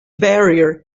barrier